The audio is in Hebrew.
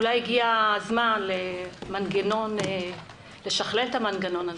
אולי הגיע הזמן לשכלל את המנגנון הזה.